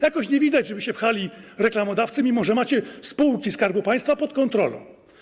Jakoś nie widać, żeby się pchali reklamodawcy, mimo że macie spółki Skarbu Państwa pod kontrolą.